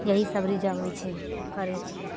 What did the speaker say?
यही सभ रिजर्व होइ छै उ करय छियै